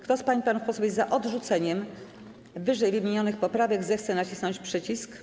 Kto z pań i panów posłów jest za odrzuceniem ww. poprawek, zechce nacisnąć przycisk.